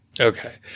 Okay